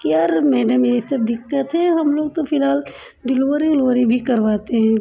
कि यार मेडम ये सब दिक्कत है हम लोग तो फिलहाल डिलेवरी ओलेवरी भी करवाते हैं